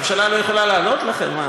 הממשלה לא יכולה לענות לכם?